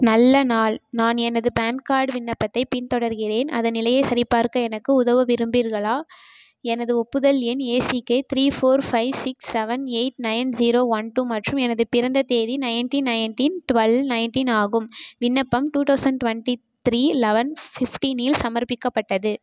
நல்ல நாள் நான் எனது பான் கார்டு விண்ணப்பத்தைப் பின்தொடர்கிறேன் அதன் நிலையை சரிபார்க்க எனக்கு உதவ விரும்புகிறீர்களா எனது ஒப்புதல் எண் A C K three four five six seven eight nine zero one two மற்றும் எனது பிறந்த தேதி நைன்டீன் நைன்ட்டீ டுவெல் நைன்டீன் ஆகும் விண்ணப்பம் two thousand twenty three eleven fifteen இல் சமர்ப்பிக்கப்பட்டது